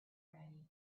ready